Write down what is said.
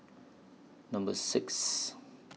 Number six